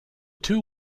two